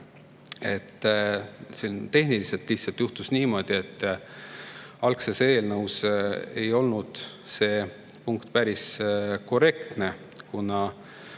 10. Tehniliselt lihtsalt juhtus niimoodi, et algses eelnõus ei olnud see punkt päris korrektne, kuna